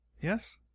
yes